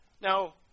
Now